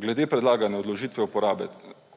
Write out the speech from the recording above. Glede predlagane odložitve uporabe